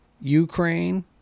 Ukraine